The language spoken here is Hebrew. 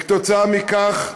כתוצאה מכך,